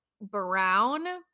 brown